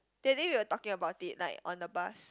that day we are talking about it like on the bus